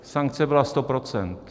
Sankce byla sto procent!